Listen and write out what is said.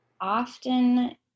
often